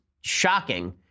shocking